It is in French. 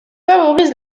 favorise